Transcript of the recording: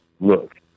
look